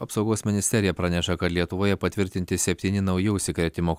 apsaugos ministerija praneša kad lietuvoje patvirtinti septyni nauji užsikrėtimo